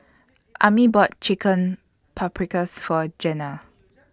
Ammie bought Chicken Paprikas For Zena